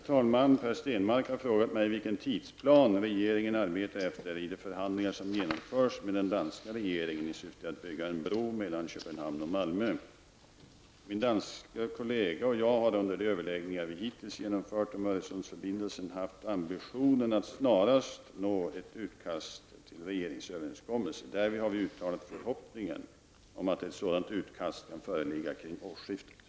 Beslut i Öresundsfrågan på den socialdemokratiska partikongressen har undanröjt det sista politiska hindret mot byggandet av en bro mellan Malmö och I regeringsförklaringen av den 2 oktober framförs att ''förhandlingar genomförs med Danmarks regering om fasta förbindelser över Öresund''. Vilken tidsplan arbetar regeringen efter, i de förhandlingar som genomförs med den danska regeringen, i syfte att bygga en bro mellan Malmö och Köpenhamn.